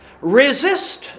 Resist